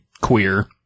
queer